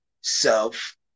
self